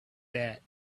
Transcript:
that